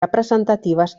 representatives